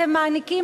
אתם מעניקים,